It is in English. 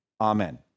Amen